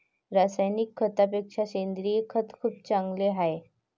रासायनिक खतापेक्षा सेंद्रिय खत खूप चांगले आहे